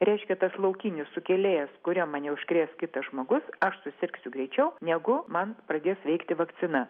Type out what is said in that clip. reiškia tas laukinis sukėlėjas kuriuo mane užkrės kitas žmogus aš susirgsiu greičiau negu man pradės veikti vakcina